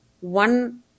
one